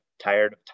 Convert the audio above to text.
tired